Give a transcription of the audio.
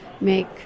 make